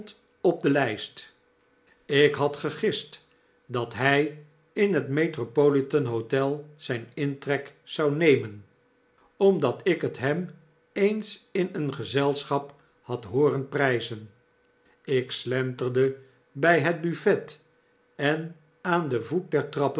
op de lrjst ik had gegist dat hy in het metropolitanhotel zyn intrek zou nemen omdat ik het hem eens in een gezelschap had hooren pryzen ik slenterde by het buffet en aan den voet